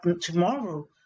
tomorrow